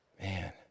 Man